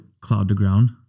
cloud-to-ground